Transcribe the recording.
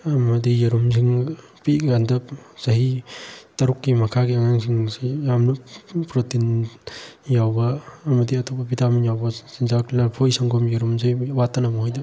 ꯑꯃꯗꯤ ꯌꯦꯔꯨꯝꯁꯤꯡ ꯄꯤꯛꯏꯀꯥꯟꯗ ꯆꯍꯤ ꯇꯔꯨꯛꯀꯤ ꯃꯈꯥꯒꯤ ꯑꯉꯥꯡꯁꯤꯡꯁꯤ ꯌꯥꯝꯅ ꯄ꯭ꯔꯣꯇꯤꯟ ꯌꯥꯎꯕ ꯑꯃꯗꯤ ꯑꯇꯣꯞꯄ ꯚꯤꯇꯥꯃꯤꯟ ꯌꯥꯎꯕ ꯆꯤꯟꯖꯥꯛ ꯂꯐꯣꯏ ꯁꯪꯒꯣꯝ ꯌꯦꯔꯨꯝꯁꯦ ꯋꯥꯠꯇꯅ ꯃꯈꯣꯏꯗ